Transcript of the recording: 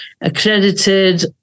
accredited